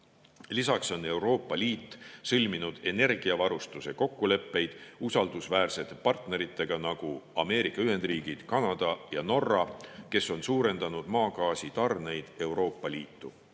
Lisaks on Euroopa Liit sõlminud energiavarustuse kokkuleppeid usaldusväärsete partneritega, nagu Ameerika Ühendriigid, Kanada ja Norra, kes on suurendanud maagaasitarneid Euroopa Liitu.